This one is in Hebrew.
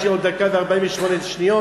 יש לי עוד דקה ו-48 שניות,